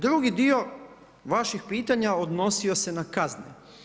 Drugi dio vaših pitanja odnosio se na kazne.